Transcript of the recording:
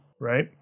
right